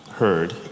heard